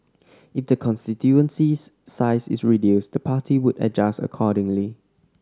if the constituency's size is reduced the party would adjust accordingly